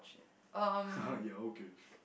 ya okay